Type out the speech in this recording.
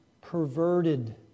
perverted